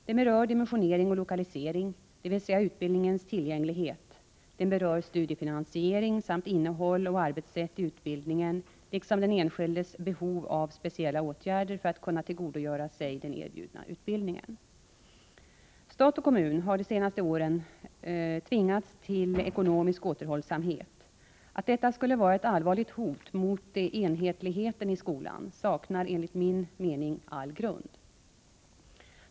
Den berör dimensionering och lokalisering, dvs. utbildningens tillgänglighet, den berör studiefinansiering samt innehåll och arbetssätt i utbildningen liksom den enskildes behov av speciella stödåtgärder för att kunna tillgodogöra sig den erbjudna utbildningen. Stat och kommun har de senaste åren tvingats till ekonomisk återhållsamhet. Att detta skulle vara ett allvarligt hot mot enhetligheten i skolan saknar enligt min mening all grund.